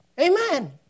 Amen